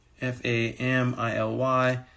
F-A-M-I-L-Y